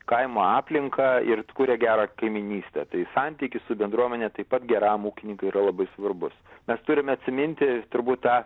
kaimo aplinką ir kuria gerą kaimynystę tai santykis su bendruomene taip pat geram ūkininkui yra labai svarbus mes turime atsiminti turbūt tą